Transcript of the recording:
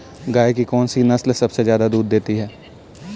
गाय की कौनसी नस्ल सबसे ज्यादा दूध देती है?